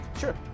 sure